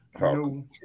no